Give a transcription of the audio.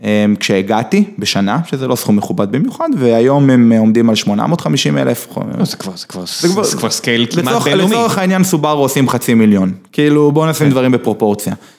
כשהגעתי בשנה, שזה לא סכום מכובד במיוחד, והיום הם עומדים על 850 אלף חומים. זה זה זה כבר סקייל. לזורח העניין סוברו עושים חצי מיליון, כאילו בוא נעשה דברים בפרופורציה.